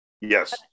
Yes